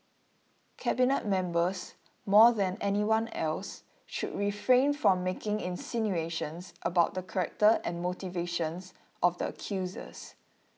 cabinet members more than anyone else should refrain from making insinuations about the character and motivations of the accusers